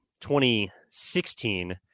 2016